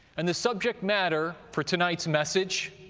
and the subject matter for tonight's message,